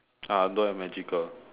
uh don't have magical